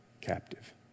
captive